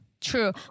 True